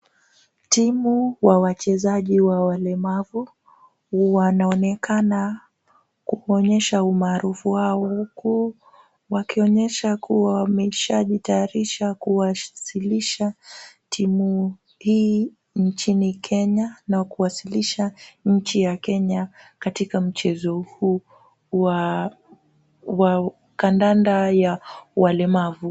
Timu ya wachezaji ya walemavu wanaonekana kuonyesha umaarufu wao huku wakionyesha kuwa wameshajitayarisha kuwasilisha timu hii nchini Kenya na kuwasilisha nchi ya Kenya katika mchezo huu wa kandanda ya walemavu.